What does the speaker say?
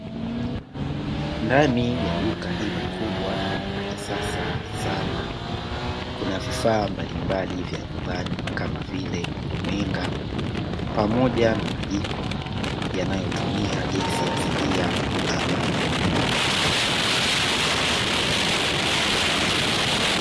Ndani ya duka hili kubwa na la kisasa sana, kuna vifaa mbalimbali vya nyumbani kama vile runinga pamoja na majiko yanayotumia gesi asilia ama umeme.